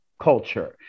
culture